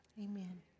Amen